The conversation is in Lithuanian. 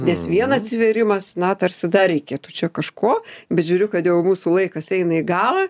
nes vien atsivėrimas na tarsi dar reikėtų čia kažko bet žiūriu kad jau mūsų laikas eina į galą